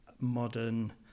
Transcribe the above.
modern